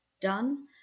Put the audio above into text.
done